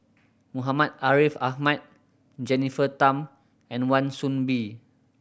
Muhammad Ariff Ahmad Jennifer Tham and Wan Soon Bee